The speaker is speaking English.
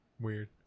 Weird